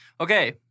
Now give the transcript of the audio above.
Okay